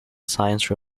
science